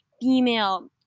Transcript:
female